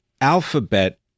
Alphabet